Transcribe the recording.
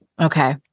Okay